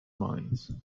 minds